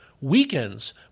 weakens